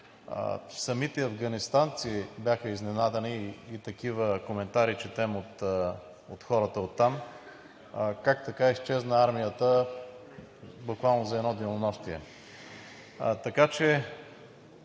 самите афганистанци бяха изненадани, и такива коментари четем от хората оттам, как така изчезна армията буквално за едно денонощие.